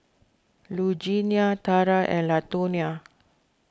Lugenia Tarah and Latonia